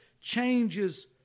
changes